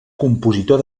compositor